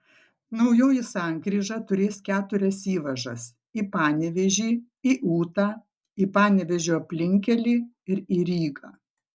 naujoji sankryža turės keturias įvažas į panevėžį į ūtą į panevėžio aplinkkelį ir į rygą